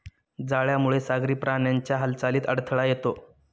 जाळ्यामुळे सागरी प्राण्यांच्या हालचालीत अडथळा येतो